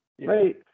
right